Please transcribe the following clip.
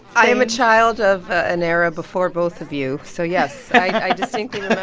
i am a child of an era before both of you. so yes i distinctly but